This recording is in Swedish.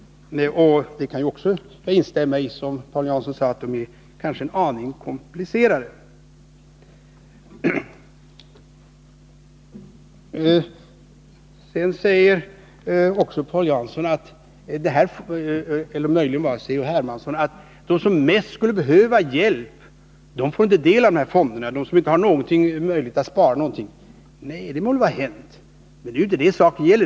Jag kan instämma i vad Paul Jansson sade om att reglerna kanske är en aning komplicerade. Paul Jansson — eller möjligen C.-H. Hermansson — sade att de som bäst skulle behöva hjälp inte får del av dessa fonder, de har ingen möjlighet att spara någonting. Det må väl vara hänt, men det är inte det saken gäller.